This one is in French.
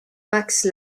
max